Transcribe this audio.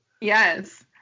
Yes